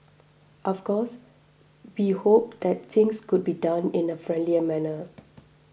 of course we hope that things could be done in a friendlier manner